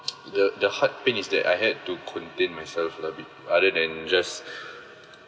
the the heart pain is that I had to contain myself lah other than just